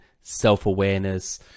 self-awareness